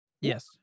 Yes